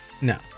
No